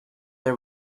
that